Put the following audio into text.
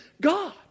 God